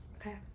Okay